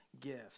gifts